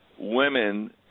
women